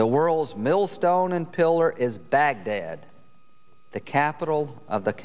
the world's millstone and pillar is baghdad the capital of the